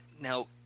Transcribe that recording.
now